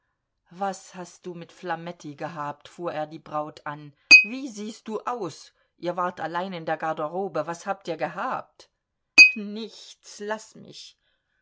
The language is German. was hast du mit flametti gehabt fuhr er die braut an wie siehst du aus ihr wart allein in der garderobe was habt ihr gehabt nichts laß mich